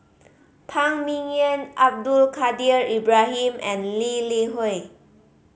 Phan Ming Yen Abdul Kadir Ibrahim and Lee Li Hui